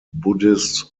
buddhist